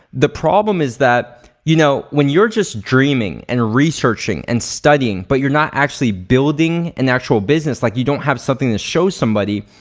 the problem is that you know when you're just dreaming and researching and studying but you're not actually building an actual business, like you don't have something to show somebody,